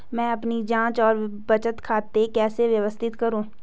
मैं अपनी जांच और बचत खाते कैसे व्यवस्थित करूँ?